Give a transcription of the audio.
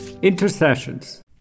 Intercessions